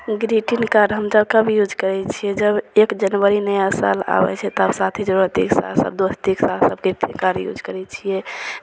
greetings card हम जब कभी यूज करै छिए जब एक जनवरी नया साल आबै छै तब साथी सोराथीके साथ साथ दोस्तीके साथ साथ ग्रीटिन्ग्स कार्ड यूज करै छिए